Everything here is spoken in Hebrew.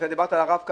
אתה דיברת על הרב קו.